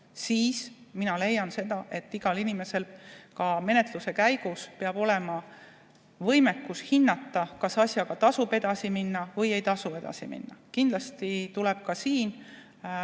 siis mina leian, et igal inimesel peab ka menetluse käigus olema võimekus hinnata, kas asjaga tasub edasi minna või ei tasu edasi minna. Kindlasti tuleb ka siin